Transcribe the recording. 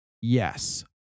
yes